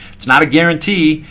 is not a guarantee.